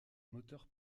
moteur